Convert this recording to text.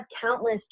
countless